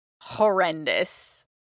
horrendous